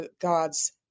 God's